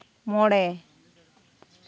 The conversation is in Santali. ᱢᱚᱬᱮ